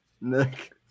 Nick